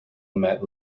met